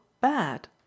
bad